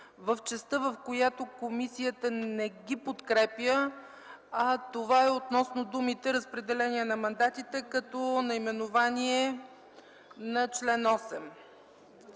в частта, в която комисията не ги подкрепя, а това е относно думите „Разпределение на мандатите” като наименование на чл. 8.